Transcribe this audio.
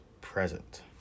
Present